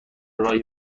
راهی